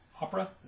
Opera